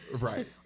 Right